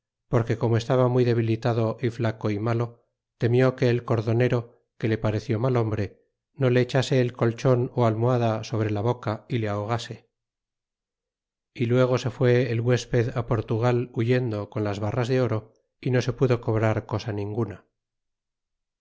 porque como estaba muy debilitado y flaco y malo temió que el cordonero que le pareció mal hombre no le echase el colchon ó almoh da sobre la boca y le ahogase y luego se fue el huesped portugal huyendo con las barras de oro y no se pudo cobrar cosa ninguna